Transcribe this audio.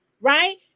right